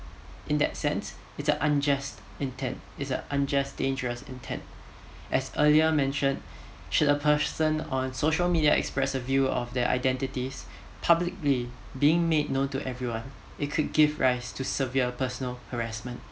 in that sense it's a unjust intent it's a unjust dangerous intend as earlier mention should a person on social media express a view of their identities publicly being made known to everyone it could give rise to severe personal harassment